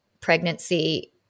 pregnancy